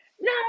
No